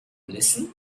listen